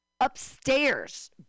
upstairs